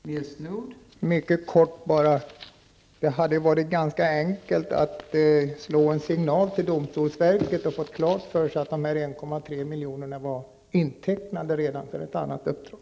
Fru talman! Jag vill mycket kort tillägga att det hade varit ganska enkelt att slå en signal till domstolsverket och få klart för sig att dessa 1,3 milj.kr. redan var intecknade för ett annat uppdrag.